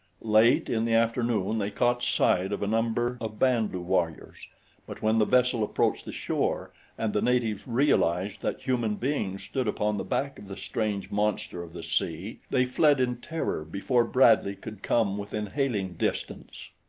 late in the afternoon they caught sight of a number of band-lu warriors but when the vessel approached the shore and the natives realized that human beings stood upon the back of the strange monster of the sea, they fled in terror before bradley could come within hailing distance.